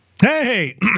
Hey